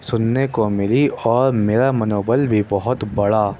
سُننے کو مِلی اور میرا منوبل بھی بہت بڑا